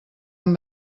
amb